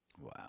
Wow